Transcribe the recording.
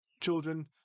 children